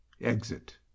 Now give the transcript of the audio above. exit